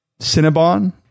Cinnabon